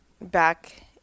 back